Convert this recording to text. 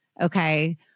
okay